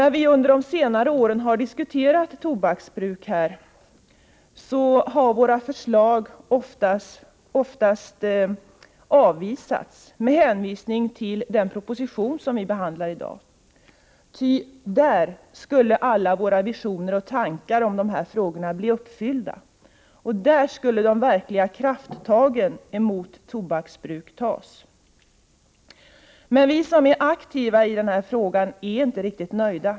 När vi under dessa år har diskuterat tobaksbruket här i kammaren har våra förslag ofta avvisats med hänvisning till den proposition som behandlas i dag. Där skulle alla våra visioner och tankar gå i uppfyllelse, och där skulle de verkliga krafttagen mot tobaksbruket tas. Men vi som är aktiva i tobaksfrågan är inte riktigt nöjda.